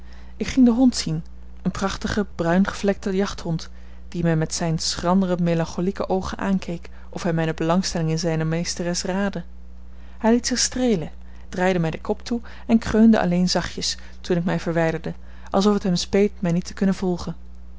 ik ging den hond zien een prachtigen bruingevlekten jachthond die mij met zijne schrandere melancholieke oogen aankeek of hij mijne belangstelling in zijne meesteres raadde hij liet zich streelen draaide mij den kop toe en kreunde alleen zachtjes toen ik mij verwijderde alsof het hem speet mij niet te kunnen volgen